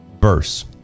verse